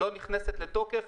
לא נכנסת לתוקף,